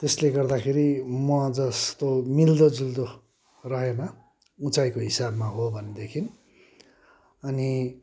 त्यसले गर्दाखेरि मजस्तो मिल्दोजुल्दो रहेन उँचाइको हिसाबमा हो भनेदेखि अनि